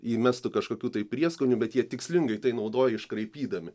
įmestų kažkokių tai prieskonių bet jie tikslingai tai naudoja iškraipydami